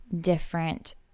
different